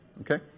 Okay